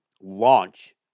launch